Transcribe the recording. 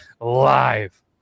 live